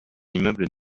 immeuble